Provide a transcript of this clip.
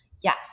Yes